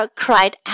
cried